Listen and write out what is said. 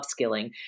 upskilling